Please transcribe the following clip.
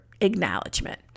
acknowledgement